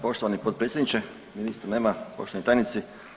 Poštovani potpredsjedniče, ministra nema, poštovani tajnici.